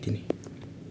त्यति नै